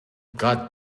got